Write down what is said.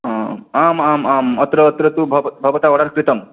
आम् आम् आम् अत्र अत्र तु भव भवता आर्डर् कृतम्